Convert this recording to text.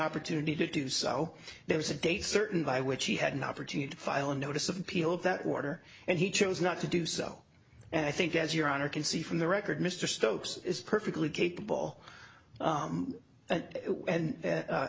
opportunity to do so there was a date certain by which he had an opportunity to file a notice of appeal that water and he chose not to do so and i think as your honor can see from the record mr stokes is perfectly capable and